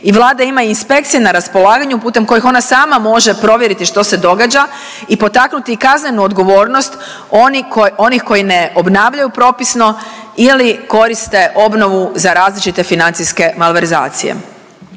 i Vlada ima inspekcije na raspolaganju putem kojih ona sama može provjeriti što se događa i potaknuti kaznenu odgovornost oni koji, onih koji ne obnavljaju propisno ili koriste obnovu za različite financijske malverzacije.